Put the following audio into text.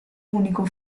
unico